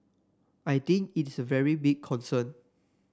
I think it's a very big concern